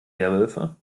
werwölfe